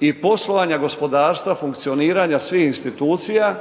i poslovanja gospodarstva, funkcioniranja svih institucija